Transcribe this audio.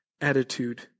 attitude